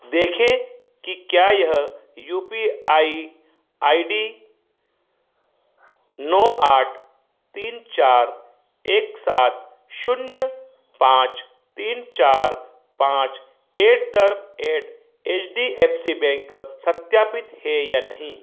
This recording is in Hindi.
देखें कि क्या यह U P I I D नौ आठ तीन चार एक सात शून्य पाँच तीन चार पाँच at the rate H D F C bank सत्यापित है या नहीं